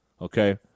Okay